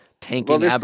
tanking